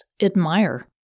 admire